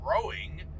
growing